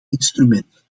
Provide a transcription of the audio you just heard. instrument